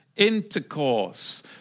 Intercourse